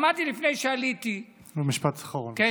שמעתי לפני שעליתי, משפט אחרון, בבקשה.